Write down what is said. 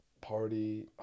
party